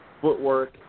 footwork